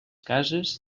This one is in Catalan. cases